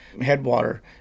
headwater